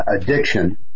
addiction